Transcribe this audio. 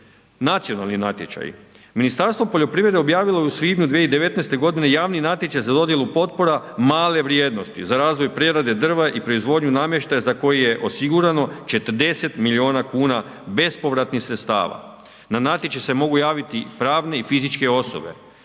Nacionalni natječaj, Ministarstvo poljoprivrede objavilo je u svibnju 2019. godine javni natječaj za dodjelu potpora male vrijednosti za razvoj prerade drva i proizvodnju namještaja za koju je osigurano 40 milijuna kuna bespovratnih sredstava. Na natječaj se mogu javiti pravne i fizičke osobe,